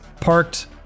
parked